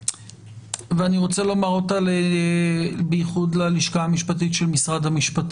ואני רוצה לומר אותה בייחוד ללשכה המשפטית של משרד הבריאות: